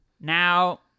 Now